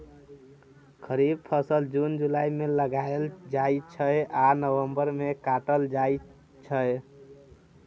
खरीफ फसल जुन जुलाई मे लगाएल जाइ छै आ नबंबर मे काटल जाइ छै